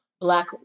Black